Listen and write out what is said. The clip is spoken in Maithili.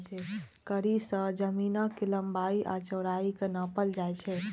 कड़ी सं जमीनक लंबाइ आ चौड़ाइ कें नापल जाइ छै